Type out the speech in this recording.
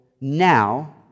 now